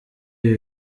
ibi